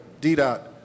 D-Dot